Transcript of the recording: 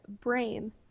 brain